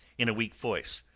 in a weak voice.